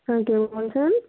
হ্যাঁ কে বলছেন